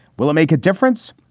will it make a difference?